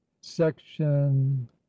section